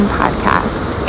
podcast